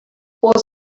was